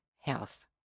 health